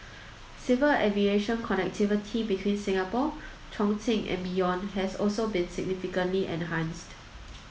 civil aviation connectivity between Singapore Chongqing and beyond has also been significantly enhanced